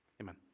Amen